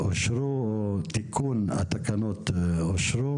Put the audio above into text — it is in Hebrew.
קובע שתיקון התקנות אושר.